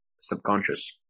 subconscious